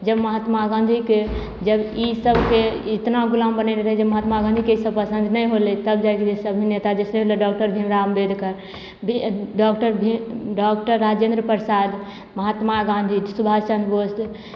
जब महात्मा गाँधीके जब ई सभके इतना गुलाम बनेने रहय जे महात्मा गाँधीके ई सभ पसन्द नहि होलय तब जाइ गेलय सभी नेता जैसे भेलय डॉक्टर भीम राव अम्बेडकर बी डॉक्टर भीम डॉक्टर राजेन्द्र प्रसाद महात्मा गाँधी सुभाष चन्द्र बोस